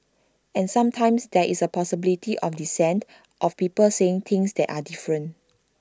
and sometimes there is the possibility of dissent of people saying things that are different